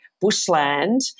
bushland